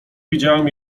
widziałem